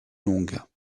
longues